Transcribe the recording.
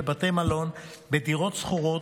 בבתי מלון ובדירות שכורות,